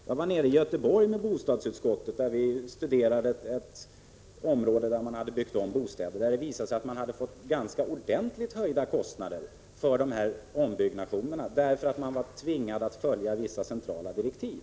Bostadsutskottet har varit nere i Göteborg, där vi studerade ett område där man hade byggt om bostäder. Det visade sig att man hade fått ganska ordentligt höjda kostnader för ombyggnationerna därför att man var tvingad att följa vissa centrala direktiv.